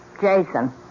Jason